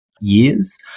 years